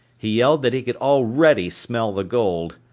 he yelled that he could already smell the gold.